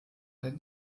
den